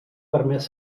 permès